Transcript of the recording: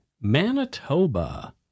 Manitoba